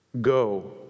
Go